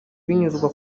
binyuzwa